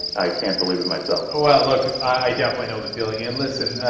i can't believe it myself. well, look, i definitely know the feeling. and listen,